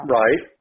right